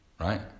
right